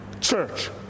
church